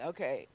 ？Okay